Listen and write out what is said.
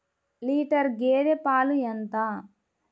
Litre గేదె పాలు ఎంత?